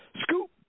scoop